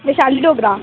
Vishali Dogra